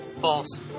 False